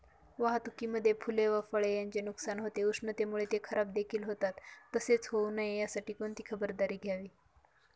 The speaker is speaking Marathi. वाहतुकीमध्ये फूले व फळे यांचे नुकसान होते, उष्णतेमुळे ते खराबदेखील होतात तसे होऊ नये यासाठी कोणती खबरदारी घ्यावी?